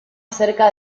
cerca